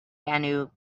banu